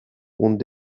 und